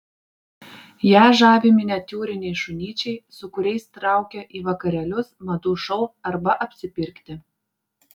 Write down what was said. ją žavi miniatiūriniai šunyčiai su kuriais traukia į vakarėlius madų šou arba apsipirkti